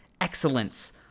excellence